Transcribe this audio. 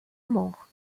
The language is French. mort